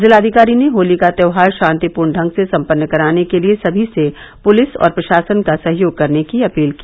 जिलाधिकारी ने होली का त्यौहार शांतिपूर्ण ढंग से संपन्न कराने के लिए सभी से पुलिस और प्रशासन का सहयोग करने की अपील की